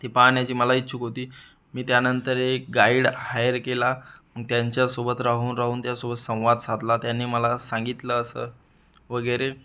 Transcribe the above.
ते पाहण्याची मला इच्छुक होती मी त्यानंतर एक गाईड हायर केला मग त्यांच्यासोबत राहून राहून त्यासोबत संवाद साधला त्याने मला सांगितलं असं वगैरे